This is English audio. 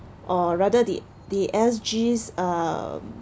or rather the the S_G's um